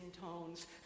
tones